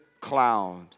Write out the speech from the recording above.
cloud